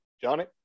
johnny